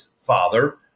father